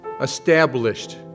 established